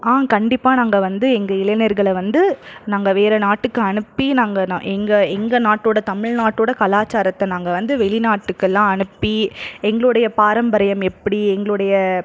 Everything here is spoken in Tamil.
கண்டிப்பாக நாங்கள் வந்து எங்கள் இளையினர்களை வந்து நாங்கள் வேறு நாட்டுக்கு அனுப்பி நாங்கள் எங்கள் எங்கள் நாட்டோடய தமிழ்நாட்டோடய கலாச்சாரத்தை நாங்கள் வந்து வெளிநாட்டுக்குல்லாம் அனுப்பி எங்களுடைய பாரம்பரியம் எப்படி எங்களுடைய